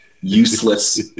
useless